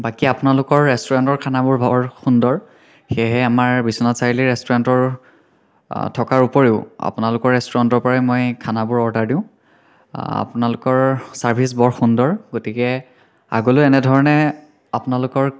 বাকী আপোনালোকৰ ৰেষ্টুৰেণ্টৰ খানাবোৰ বৰ সুন্দৰ সেয়েহে আমাৰ বিশ্বনাথ চাৰিআলি ৰেষ্টুৰেণ্টৰ থকাৰ উপৰিও আপোনালোকৰ ৰেষ্টুৰেণ্টৰ পৰাই মই খানাবোৰ অৰ্ডাৰ দিওঁ আপোনালোকৰ ছাৰ্ভিচ বৰ সুন্দৰ গতিকে আগলৈ এনেধৰণে আপোনালোকৰ